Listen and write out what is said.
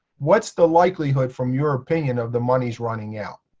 what's the likelihood, from your opinion, of the monies running out?